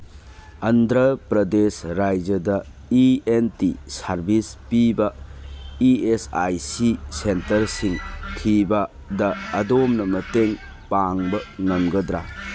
ꯑꯟꯗ꯭ꯔ ꯄ꯭ꯔꯗꯦꯁ ꯔꯥꯖ꯭ꯌꯥꯗ E N T service ꯄꯤꯕ E S I C ꯁꯦꯟꯇꯔꯁꯤꯡ ꯊꯤꯕꯗ ꯑꯗꯣꯝꯅ ꯃꯇꯦꯡ ꯄꯥꯡꯕ ꯉꯝꯒꯗ꯭ꯔ